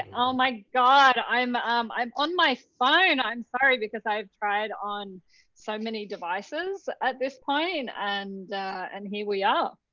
and oh my god. i'm um i'm on my phone. i'm sorry. because i've tried on so many devices at this point. and and here we are.